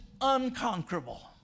unconquerable